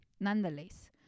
Nonetheless